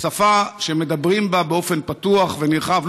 שפה שמדברים בה באופן פתוח ונרחב,